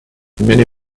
many